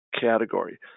category